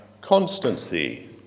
constancy